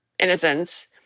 Innocence